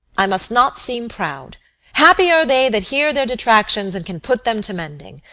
i must not seem proud happy are they that hear their detractions, and can put them to mending.